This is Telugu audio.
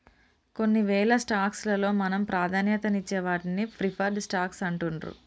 కొన్నివేల స్టాక్స్ లలో మనం ప్రాధాన్యతనిచ్చే వాటిని ప్రిఫర్డ్ స్టాక్స్ అంటుండ్రు